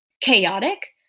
chaotic